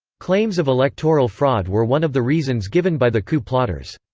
claims of electoral fraud were one of the reasons given by the coup plotters.